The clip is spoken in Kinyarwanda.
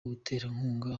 abaterankunga